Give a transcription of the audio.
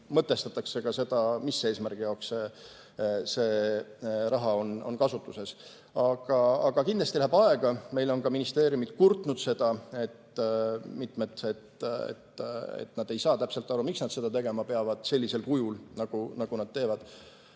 mõtestatakse ka seda, mis eesmärgi jaoks see raha on kasutuses. Aga kindlasti läheb aega. Meile on ka mitmed ministeeriumid kurtnud seda, et nad ei saa täpselt aru, miks nad seda tegema peavad sellisel kujul, nagu nad teevad.